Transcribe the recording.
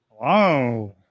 Wow